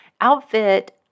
outfit